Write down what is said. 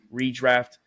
redraft